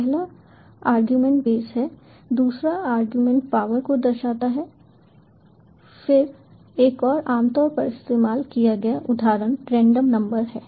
पहला argument base है दूसरा अरगुमेंट पावर को दर्शाता है फिर एक और आमतौर पर इस्तेमाल किया गया उदाहरण रेंडम नंबर है